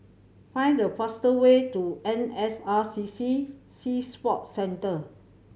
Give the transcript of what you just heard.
find the fastest way to N S R C C Sea Sports Centre